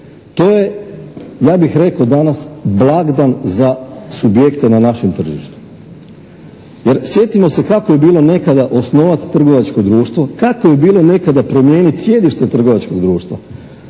To je, ja bih rekao, danas blagdan za subjekte na našem tržištu. Jer sjetimo se kako je bilo nekada osnovati trgovačko društvo, kako je bilo nekada promijeniti sjedište trgovačkog društva.